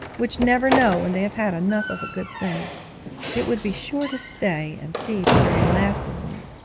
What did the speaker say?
which never know when they have had enough of a good thing it would be sure to stay and see the very last of me!